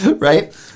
right